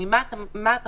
ממה אתה חושש?